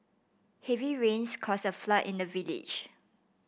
heavy rains caused a flood in the village